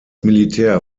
militär